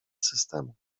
systemu